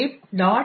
எனவே libmylib